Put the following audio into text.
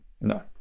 No